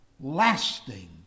Lasting